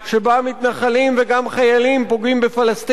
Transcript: מתנחלים וגם חיילים פוגעים בפלסטינים.